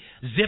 zip